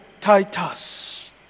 Titus